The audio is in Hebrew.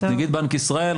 נגיד בנק ישראל,